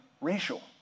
racial